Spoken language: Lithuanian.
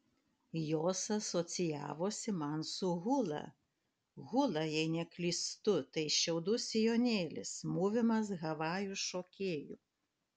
jos asocijavosi man su hula hula jei neklystu tai šiaudų sijonėlis mūvimas havajų šokėjų